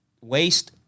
waste